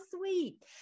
sweet